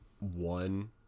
one